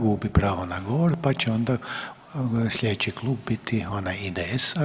Gubi pravo na govor, pa će onda sljedeći klub biti onaj IDS-a.